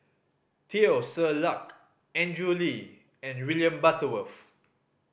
Teo Ser Luck Andrew Lee and William Butterworth